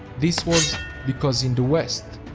this was because in the west,